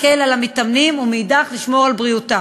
להקל על המתאמנים ומאידך גיסא לשמור על בריאותם.